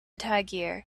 tangier